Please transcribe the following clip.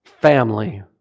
family